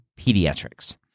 pediatrics